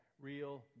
real